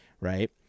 Right